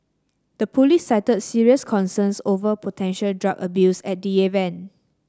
the police cited serious concerns over potential drug abuse at the event